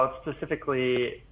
specifically